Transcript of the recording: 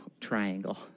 triangle